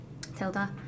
Tilda